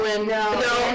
no